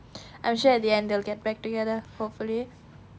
I'm sure at the end they'll get back together hopefully